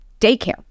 daycare